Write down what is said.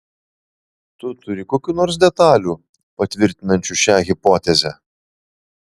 tu turi kokių nors detalių patvirtinančių šią hipotezę